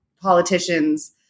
politicians